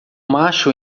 macho